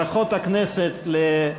ברצוני לאחל לחברי הכנסת המוסלמים,